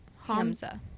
Hamza